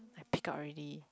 I pick up already